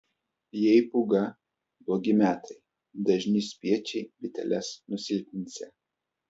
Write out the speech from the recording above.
jei pūga blogi metai dažni spiečiai biteles nusilpninsią